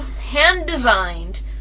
hand-designed